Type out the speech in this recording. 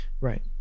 Right